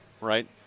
right